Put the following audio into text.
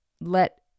let